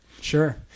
Sure